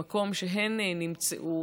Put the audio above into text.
במקום שבו הן נמצאו